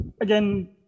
again